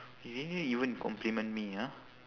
you didn't even compliment me ah